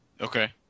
Okay